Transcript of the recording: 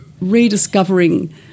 rediscovering